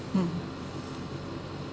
mm